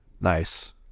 Nice